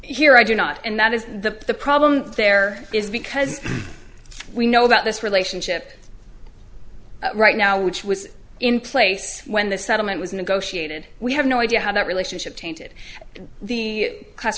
here i do not and that is the problem there is because we know that this relationship right now which was in place when the settlement was negotiated we have no idea how that relationship tainted the c